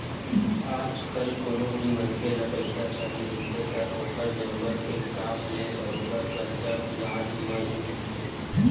आजकल कोनो भी मनखे ल पइसा चाही रहिथे त ओखर जरुरत के हिसाब ले बरोबर करजा बियाज म ही मिलथे